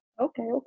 Okay